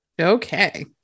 Okay